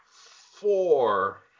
Four